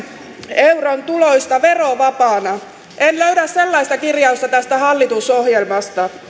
euron tuloista verovapaana en löydä sellaista kirjausta tästä hallitusohjelmasta